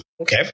Okay